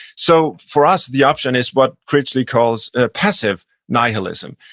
so for us, the option is what critchley calls passive nihilism,